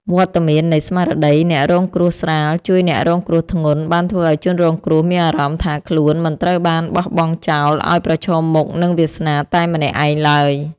វត្តមាននៃស្មារតី អ្នករងគ្រោះស្រាល ជួយអ្នករងគ្រោះធ្ងន់ បានធ្វើឱ្យជនរងគ្រោះមានអារម្មណ៍ថាខ្លួនមិនត្រូវបានបោះបង់ចោលឱ្យប្រឈមមុខនឹងវាសនាតែម្នាក់ឯងឡើយ។